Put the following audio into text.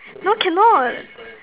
no cannot